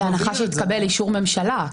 בהנחה שיתקבל אישור ממשלה.